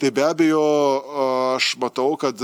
tai be abejo aš matau kad